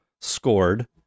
scored